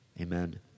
amen